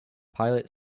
pilot